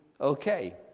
okay